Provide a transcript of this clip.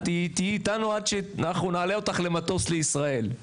תהיי איתנו עד שאנחנו נעלה אותך למטוס לישראל'.